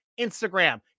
Instagram